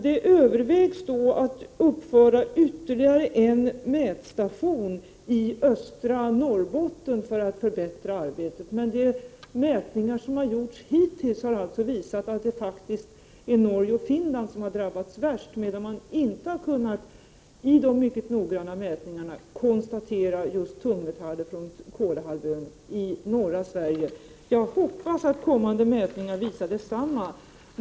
Det övervägs då att uppföra ytterligare en mätstation i östra Norrbotten för att förbättra arbetet. De mätningar som gjorts hittills har alltså visat att det faktiskt är Norge och Finland som drabbats värst, medan man inte i dessa mycket noggranna mätningar kunnat konstatera tungmetaller från Kolahalvön i norra Sverige. Jag hoppas att kommande mätningar visar detsamma.